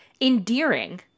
endearing